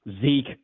Zeke